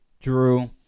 Drew